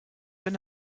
wenn